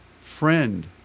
friend